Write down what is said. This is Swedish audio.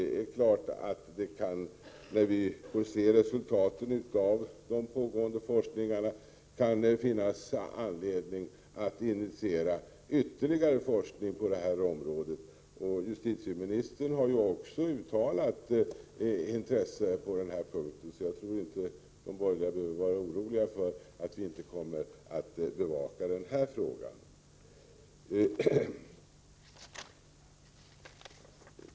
När vi får se resultaten av de pågående forskningarna kan det självfallet finnas anledning att initiera ytterligare forskning på området. Justitieministern har också uttalat ett intresse på den här punkten. Jag tror därför inte att de borgerliga behöver vara oroliga för att den här frågan inte kommer att bevakas.